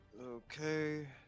Okay